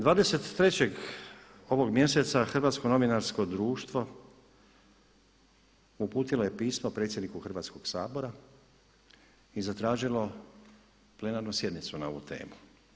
Dvadeset i trećeg ovog mjeseca Hrvatsko novinarsko društvo uputilo je pismo predsjedniku Hrvatskog sabora i zatražilo plenarnu sjednicu na ovu temu.